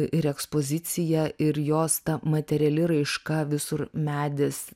ir ekspozicija ir jos ta materiali raiška visur medis